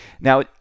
Now